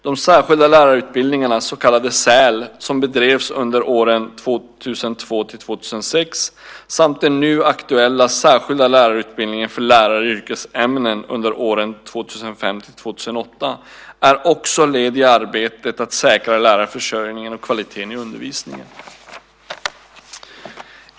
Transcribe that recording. De särskilda lärarutbildningarna, så kallade SÄL, som bedrivs under åren 2002-2006 samt den nu aktuella särskilda lärarutbildningen för lärare i yrkesämnen under åren 2005-2008, är också led i arbetet att säkra lärarförsörjningen och kvaliteten i undervisningen.